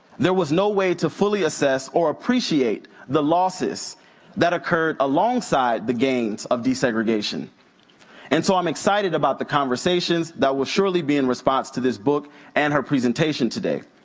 there was no way to fully assess or appreciate the losses that occurred alongside the gains of desegregation and so i'm excited about the conversations that will surely be in response to this book and her presentation today.